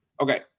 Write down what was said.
Okay